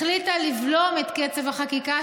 החליטה לבלום את קצב החקיקה,